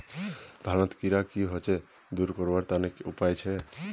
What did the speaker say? धानोत कीड़ा की होचे दूर करवार तने की उपाय छे?